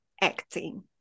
acting